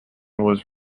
was